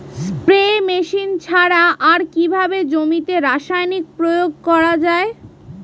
Spray machine ছাড়া আর কিভাবে জমিতে রাসায়নিক প্রয়োগ করা যায়?